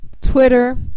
Twitter